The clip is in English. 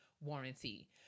warranty